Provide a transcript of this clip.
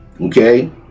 okay